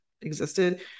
existed